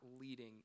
leading